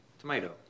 tomato